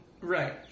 Right